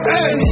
Hey